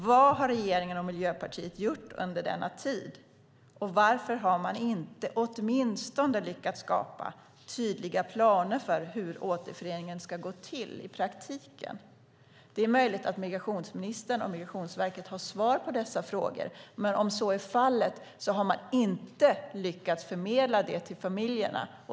Vad har regeringen och Miljöpartiet gjort under denna tid? Varför har man inte åtminstone lyckats skapa tydliga planer för hur återföreningen ska gå till i praktiken? Det är möjligt att migrationsministern och Migrationsverket har svar på dessa frågor, men om så är fallet har man inte lyckats förmedla det till familjerna.